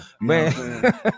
Man